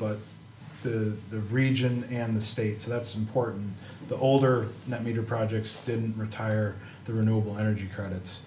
but the region and the states that's important the older that meter projects didn't retire the renewable energy credits